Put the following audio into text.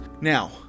Now